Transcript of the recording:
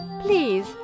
please